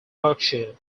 berkshire